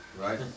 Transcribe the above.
Right